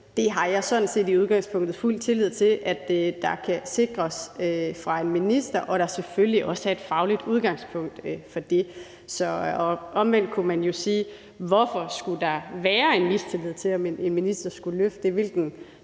Det har jeg sådan set i udgangspunktet fuld tillid til kan sikres fra en ministers side, og at der selvfølgelig også er et fagligt udgangspunkt for det. Og omvendt kunne man jo sige: Hvorfor skulle der være en mistillid, i forhold til om en minister kunne løfte det, og hvilken